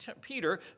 Peter